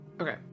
Okay